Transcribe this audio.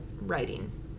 writing